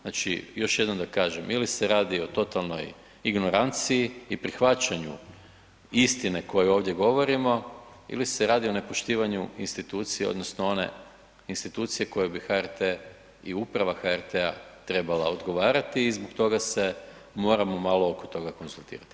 Znači još jednom da kažem, ili se radi o totalnoj ignoranciji i prihvaćanju istine koju ovdje govorimo ili se radi o nepoštivanju institucije odnosno one institucije koju bi HRT i uprava HRT-a trebala odgovarati i zbog toga se moramo malo oko toga konzultirati.